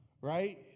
right